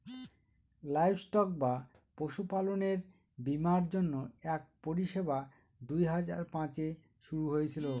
livestock বা পশুপালনের বীমার জন্য এক পরিষেবা দুই হাজার পাঁচে শুরু হয়েছিল